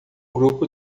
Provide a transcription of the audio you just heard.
grupo